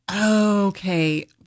Okay